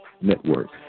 Network